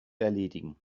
erledigen